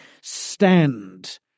stand